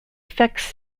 affects